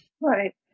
right